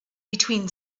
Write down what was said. between